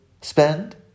spend